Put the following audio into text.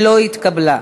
נתקבלה.